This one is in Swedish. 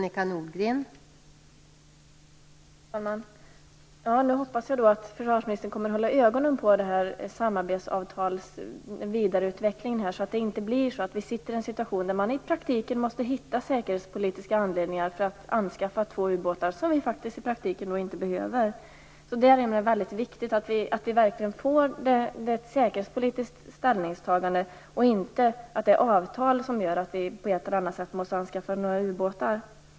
Fru talman! Jag hoppas att försvarsministern kommer att hålla ögonen på vidareutvecklingen av samarbetsavtalet. Det får inte bli så att vi hamnar i en situation där man i praktiken måste hitta säkerhetspolitiska anledningar för att anskaffa två ubåtar som Sverige i praktiken inte behöver. Det är mycket viktigt att det verkligen blir ett säkerhetspolitiskt ställningstagande, och inget avtal som innebär att vi på ett eller annat sätt måste anskaffa fler ubåtar.